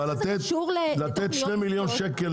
אבל לתת שני מיליוני שקלים